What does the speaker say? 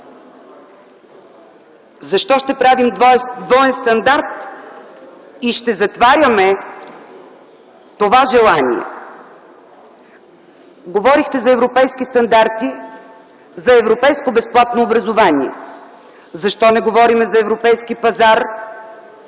Защо ще правим двоен стандарт и ще затваряме това желание? Говорихте за европейски стандарти, за европейско безплатно образование. Защо не говорим за европейски пазар,